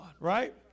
Right